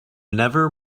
never